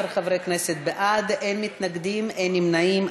17 חברי כנסת בעד, אין מתנגדים, אין נמנעים.